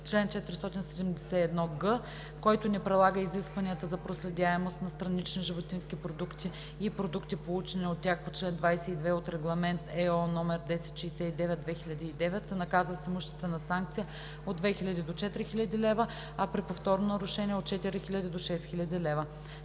Чл. 471г. Който не прилага изискванията за проследяемост на странични животински продукти и продукти, получени от тях по чл. 22 от Регламент (ЕО) № 1069/2009, се наказва с имуществена санкция от 2000 до 4000 лв., а при повторно нарушение – от 4000 до 6000 лв.